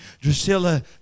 Drusilla